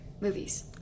Movies